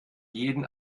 jeden